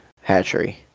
hatchery